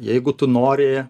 jeigu tu nori